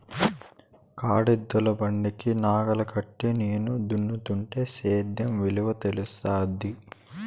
కాడెద్దుల బండికి నాగలి కట్టి చేను దున్నుతుంటే సేద్యం విలువ తెలుస్తాది